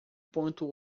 ponto